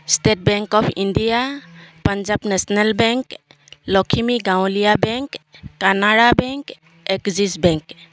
state Bank of India Punjab National Bank Lakhimi Gaonlia Bank Canara Bank Axis bank